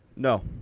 no.